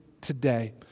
today